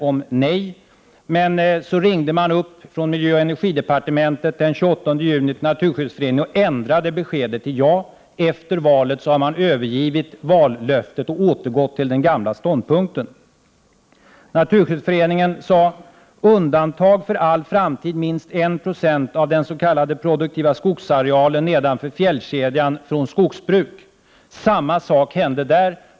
Men den 28 juni ringde man från miljöoch energidepartementet till Naturskyddsföreningen och ändrade beskedet till ja. Efter valet har man övergivit vallöftet och återgått till den gamla ståndpunkten. Naturskyddsföreningen sade: Undantag för all framtid minst 1 96 av den s.k. produktiva skogsarealen nedanför fjällkedjan från skogsbruk! Samma sak hände där.